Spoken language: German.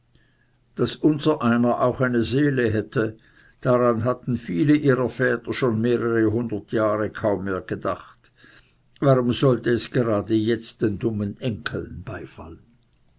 daß unser einer auch eine seele hätte daran hatten viele ihrer väter schon mehrere hundert jahre lang kaum mehr gedacht warum sollte es gerade jetzt den dummen enkeln beifallen